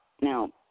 now